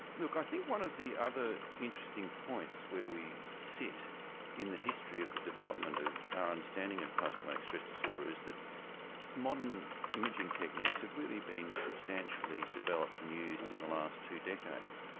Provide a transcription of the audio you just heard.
i think one of the other interesting points where we sit in the history of the development of our understanding of post-traumatic stress disorder is that modern imaging techniques have really been substantially developed and used in the last two decades.